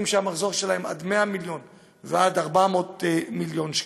שהמחזור שלהם עד 100 מיליון ועד 400 מיליון שקלים.